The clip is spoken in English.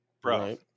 Bro